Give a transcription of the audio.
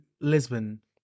Lisbon